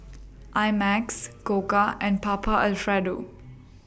I Max Koka and Papa Alfredo